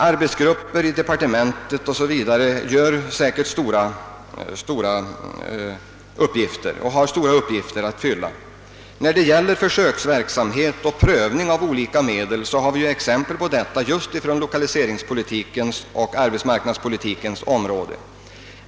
Arbetsgrupper i departement och annorstädes gör säkerligen också stora insatser och har stora uppgifter att fylla. När det gäller försöksverksamhet och prövning av olika åtgärder finns det exempel på sådant just i lokaliseringspolitiken och på arbetsmarknadspolitikens område.